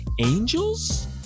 angels